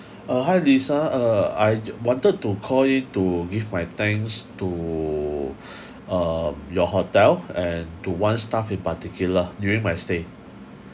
uh hi lisa uh I wanted to call you to give my thanks to uh your hotel and to one staff in particular during my stay